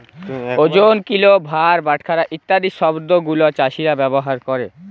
ওজন, কিলো, ভার, বাটখারা ইত্যাদি শব্দ গুলো চাষীরা ব্যবহার ক্যরে